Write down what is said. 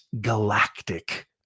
galactic